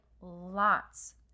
lots